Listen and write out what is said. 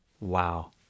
Wow